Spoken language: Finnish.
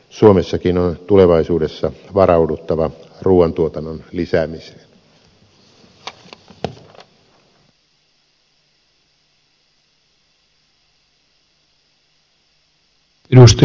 suomessakin on tulevaisuudessa varauduttava ruuantuotannon lisäämiseen